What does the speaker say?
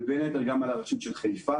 ובין היתר גם על הרשות של חיפה,